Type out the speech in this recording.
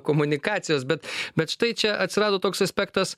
komunikacijos bet bet štai čia atsirado toks aspektas